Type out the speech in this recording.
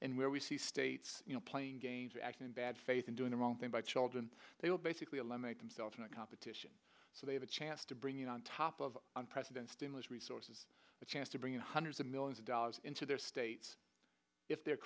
and where we see states you know playing games or acting in bad faith and doing the wrong thing by children they will basically eliminate themselves and competition so they have a chance to bring in on top of an president's stimulus resources a chance to bring in hundreds of millions of dollars into their states if they're